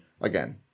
again